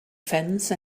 fence